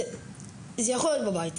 זה יכול להיות בבית,